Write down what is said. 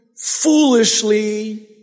foolishly